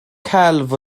celf